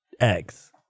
eggs